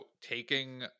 taking